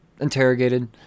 interrogated